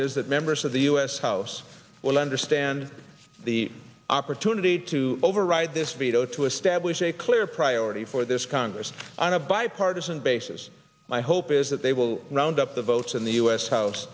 is that members of the u s house will understand the opportunity to override this veto to establish a clear priority for this congress on a bipartisan basis my hope is that they will round up the votes in the u s house